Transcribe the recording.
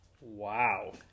Wow